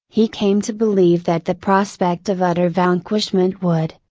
he came to believe that the prospect of utter vanquishment would,